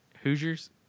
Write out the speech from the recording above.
Hoosiers